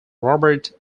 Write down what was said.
robert